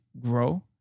grow